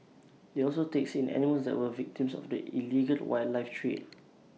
IT also takes in animals that were victims of the illegal wildlife trade